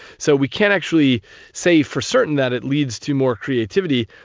so we can't actually say for certain that it leads to more creativity,